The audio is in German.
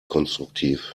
konstruktiv